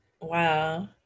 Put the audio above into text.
wow